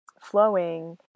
flowing